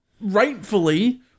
rightfully